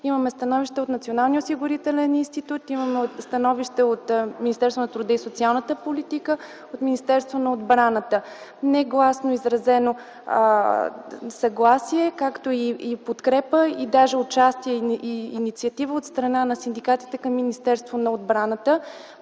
имаме становища от Националния осигурителен институт, от Министерството на труда и социалната политика, от Министерството на отбраната, негласно изразено съгласие, както и подкрепа, даже участие и инициатива от страна на синдикатите към Министерството на отбраната.